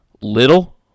little